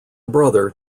brother